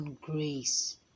grace